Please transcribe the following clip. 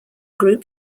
group